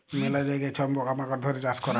ম্যালা জায়গায় সব পকা মাকড় ধ্যরে চাষ ক্যরে